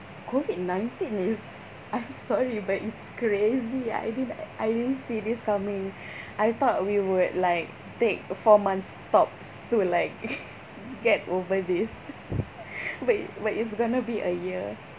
COVID nineteen is I'm sorry but it's crazy I didn't I didn't see this coming I thought we would like take four months tops to like get over this way but it but it's gonna be a year